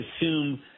assume